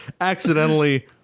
accidentally